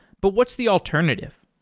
but what's the alternative?